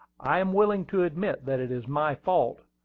i am willing to admit that it is my fault,